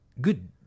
Good